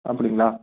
அப்படிங்களா